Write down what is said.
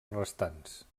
restants